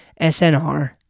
SNR